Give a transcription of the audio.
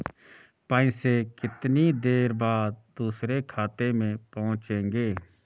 पैसे कितनी देर बाद दूसरे खाते में पहुंचेंगे?